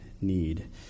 need